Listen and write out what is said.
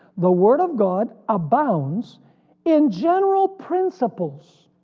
the word of god abounds in general principles